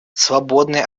свободной